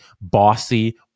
Bossy